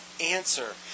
answer